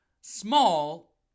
small